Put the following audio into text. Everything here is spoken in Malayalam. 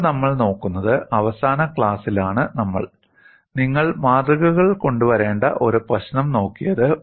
ഇപ്പോൾ നമ്മൾ നോക്കുന്നത് അവസാന ക്ലാസിലാണ് നമ്മൾ നിങ്ങൾ മാതൃകകൾ കൊണ്ടുവരേണ്ട ഒരു പ്രശ്നം നോക്കിയത്